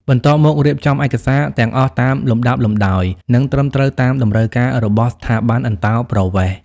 បន្ទាប់មក រៀបចំឯកសារទាំងអស់តាមលំដាប់លំដោយ និងត្រឹមត្រូវតាមតម្រូវការរបស់ស្ថាប័នអន្តោប្រវេសន៍។